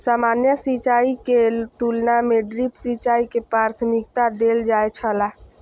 सामान्य सिंचाई के तुलना में ड्रिप सिंचाई के प्राथमिकता देल जाय छला